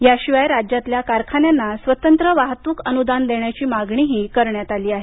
याशिवाय राज्यातल्या कारखान्यांना स्वतंत्र वाहतूक अनुदान देण्याची मागणीही करण्यात आली आहे